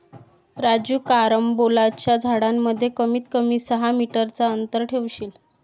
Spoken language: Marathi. राजू कारंबोलाच्या झाडांमध्ये कमीत कमी सहा मीटर चा अंतर ठेवशील